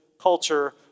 culture